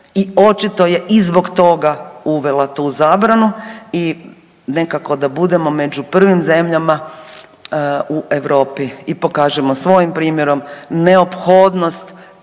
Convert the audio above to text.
i očito je i zbog toga uvela tu zabranu i nekako da budemo među prvim zemljama u Europi i pokažemo svojim primjerom neophodnost